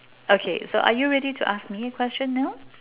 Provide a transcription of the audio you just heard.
okay so are ready to ask me a question now